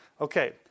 Okay